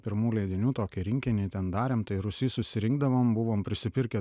pirmų leidinių tokį rinkinį ten darėm tai rūsy susirinkdavom buvom prisipirkę